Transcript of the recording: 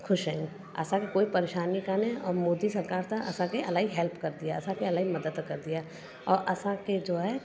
ख़ुशि आहियूं असांखे कोई परेशानी काने ऐं मोदी सरकारि त असांखे हैल्प कंदी आहे असांखे इलाही मदद कंदी आहे ऐं असांखे जो आहे